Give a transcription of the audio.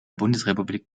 bundesrepublik